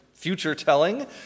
future-telling